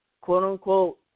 quote-unquote